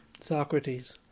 Socrates